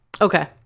Okay